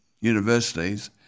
universities